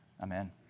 Amen